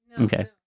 Okay